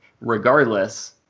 regardless